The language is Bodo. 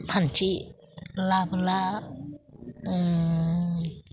फान्थि लाबोला